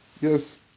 Yes